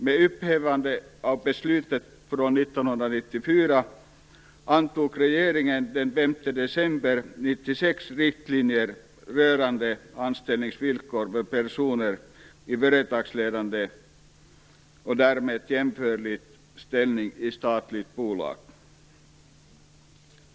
Med upphävande av beslutet från 1994 antog regeringen den 5 december 1996 riktlinjer rörande anställningsvillkor för personer i företagsledande och därmed jämförlig ställning i statliga bolag.